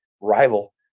rival